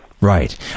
right